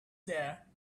there